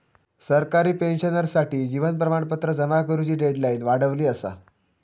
सरकारी पेंशनर्ससाठी जीवन प्रमाणपत्र जमा करुची डेडलाईन वाढवली असा